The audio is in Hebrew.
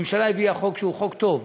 הממשלה הביאה חוק שהוא חוק טוב: